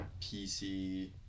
PC